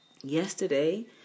Yesterday